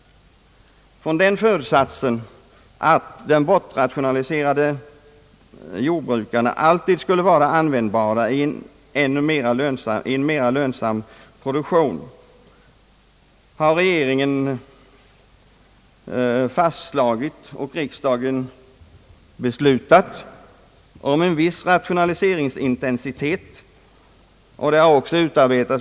Från den förutsättningen att de bortrationaliserade jordbrukarna alltid skulle vara användbara i en mera lönsam produktion har Statsverkspropositionen m.m. regeringen föreslagit och riksdagen beslutat om en viss rationaliseringsintensitet.